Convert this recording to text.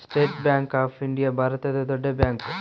state bank of India ಭಾರತದ ದೊಡ್ಡ bank